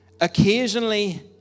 Occasionally